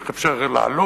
איך אפשר להעלות,